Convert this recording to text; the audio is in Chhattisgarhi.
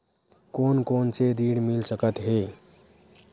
कोन कोन से ऋण मिल सकत हे?